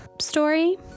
story